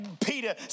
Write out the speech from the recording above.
Peter